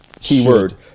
keyword